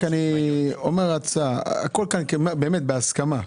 הכול נעשה בהסכמה.